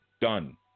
done